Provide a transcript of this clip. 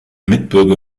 mitbürger